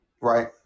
Right